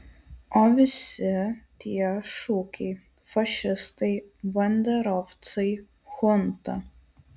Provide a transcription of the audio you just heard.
o visi tie šūkiai fašistai banderovcai chunta